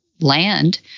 land